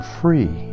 free